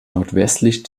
nordwestlich